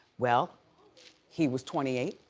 well he was twenty eight.